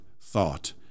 thought